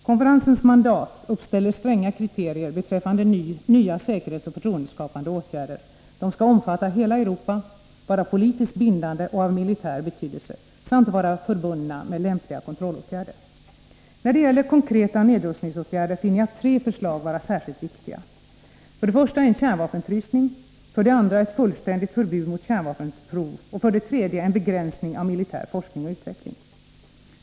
Konferensens mandat uppställer stränga kriterier beträffande nya säkerhetsoch förtroendeskapande åtgärder: De skall omfatta hela Europa, vara politiskt bindande och av militär betydelse samt vara förbundna med lämpliga kontrollåtgärder. När det gäller konkreta nedrustningsåtgärder finner jag tre förslag vara särskilt viktiga: 2. Ett fullständigt förbud mot kärnvapenprov. 3. En begränsning av militär forskning och utveckling.